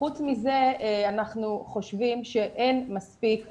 חוץ מזה אנחנו חושבים שאין מספיק הסברה.